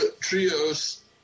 trios